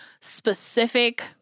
specific